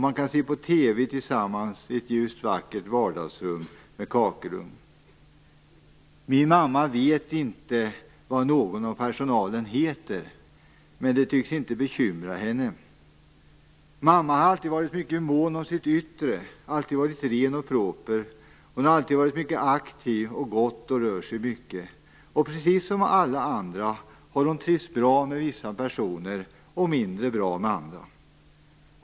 Man kan se på TV tillsammans i ett ljust, vackert vardagsrum med en kakelugn. Min mamma vet inte vad någon i personalen heter, men det tycks inte bekymra henne. Mamma har alltid varit mycket mån om sitt yttre. Hon har alltid varit ren och proper. Hon har alltid varit mycket aktiv och gått och rört sig mycket. Precis som alla andra har hon trivts bra med vissa personer och mindre bra med andra.